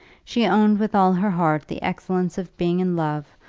she owned with all her heart the excellence of being in love,